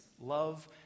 Love